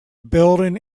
building